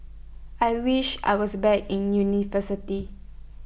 I wish I was back in university